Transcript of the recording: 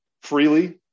freely